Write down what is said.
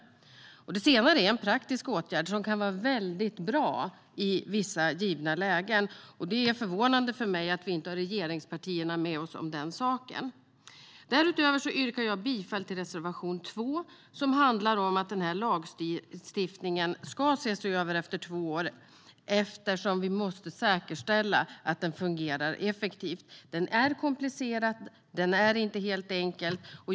Det senare är en praktisk åtgärd som kan vara väldigt bra i vissa givna lägen. Det är förvånande för mig att vi inte har regeringspartierna med oss i den saken. Därutöver yrkar jag bifall till reservation 2, som handlar om att lagstiftningen ska ses över efter två år eftersom vi måste säkerställa att den fungerar effektivt. Den är komplicerad och den är inte helt enkel.